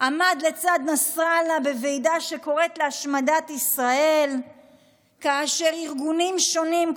עמד לצד נסראללה בוועידה שקוראת להשמדת ישראל כאשר ארגונים שונים,